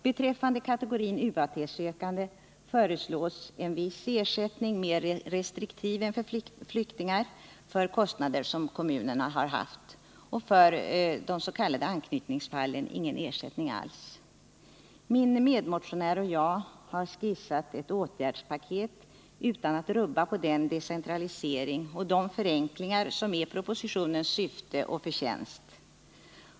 Beträffande kategorin UAT-sökande föreslås en viss ersättning, mer restriktiv än för flykting, för kostnader som kommunen har haft. För de s.k. anknytningsfallen föreslås ingen ersättning alls. Min medmotionär och jag har skisserat ett åtgärdspaket utan att rubba på den decentralisering och de förenklingar som är propositionens syfte och förtjänst.